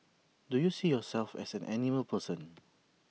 do you see yourself as an animal person